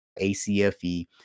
ACFE